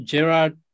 Gerard